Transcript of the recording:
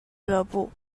俱乐部